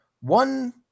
one